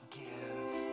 give